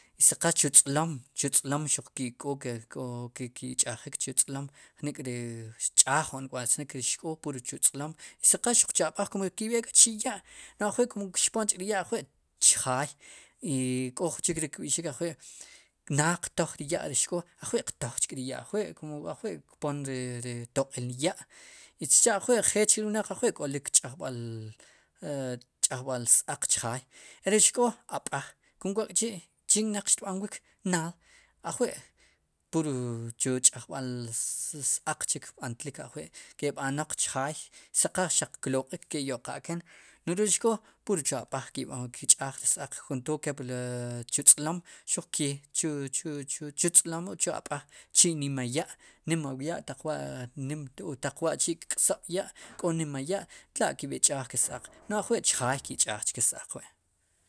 I si qal chu tz'lom, chutz'lom xuq ki'k'o ke ki ch'ajik chu tz'lom jnik' e ch'aje kb'aik ri xk'oo pur chu tz'lom i si qal xuq chu ab'aj ikum ki' béek k'a chi' ya'no'j ajwi' kpon ch'ri ya' ajwi' chjaay i k'o jun chik ri kb'i'xik ajwi' naad qtoj ri ya' xk'oo ajwi' qtoj chri ya' ajwi' kum ajwi' kpon ri ri toq'in ya' sicha' ajwi' njeel chri wnaq ajwi' k'olik ch'ajb'al s-aaq chjaay e ri xk'o ab'aj kum wa'chi' chin xtb'anwik naad ajwi' pur chu ch'ajb'al s-aaq chik ajwi' b'antlik ke'b'anaq chjaay si qal xaq kloq'iik ke' yo'qaken no'j re ri xk'o pur chu ab'aj ki'b'aan ki' ch'aaj ri s-aaq kontood kepli chu tz'lom xuq ke chu chu chu chutz'lom o chu ab'aj chinima ya' nima ya'taq nim taq wa'chi' kksob' ya' k'o nima ya' tla' kewi' ch'aaj ke s-aq wi' no'j ajwi' chjaay ki'ch'aaj chke s-aaq wi'.